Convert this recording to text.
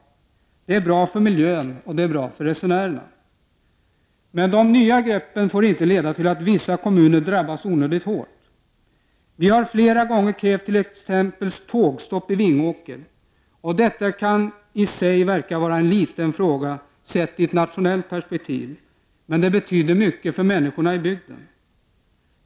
Den är bra för miljön och för resenärerna. Men de nya greppen får inte leda till att vissa kommuner drabbas onödigt hårt. Vi har flera gånger krävt t.ex. tågstopp i Vingåker. Detta kan i sig verka vara en liten fråga, sett i ett nationellt perspektiv, men den betyder mycket för människorna i bygden.